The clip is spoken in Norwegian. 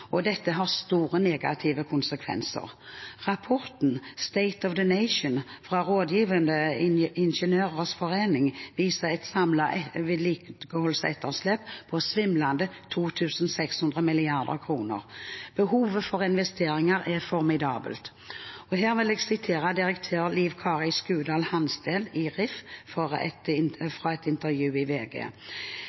og dette har store negative konsekvenser. Rapporten State of the Nation fra Rådgivende Ingeniørers Forening, RIF, viser et samlet vedlikeholdsetterslep på svimlende 2 600 mrd. kr. Behovet for investeringer er formidabelt. Her vil jeg sitere direktør Liv Kari Skudal Hansteen i RIF fra et intervju i VG: